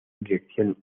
dirección